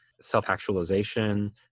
self-actualization